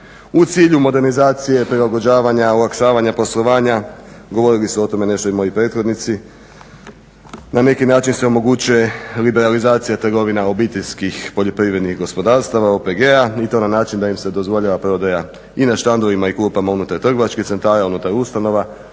U cilju modernizacije, prilagođavanja, olakšavanja poslovanja govorili su o tome nešto i moji prethodnici. Na neki način se omogućuje liberalizacija trgovina obiteljskih poljoprivrednih gospodarstava OPG-a i to na način da im se dozvoljava prodaja i na štandovima i klupama unutar trgovačkih centara, unutar ustanova,